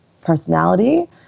personality